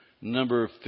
number